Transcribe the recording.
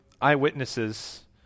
eyewitnesses